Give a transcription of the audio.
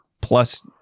Plus